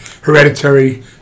hereditary